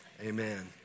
amen